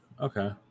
Okay